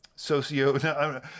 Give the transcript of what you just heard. Socio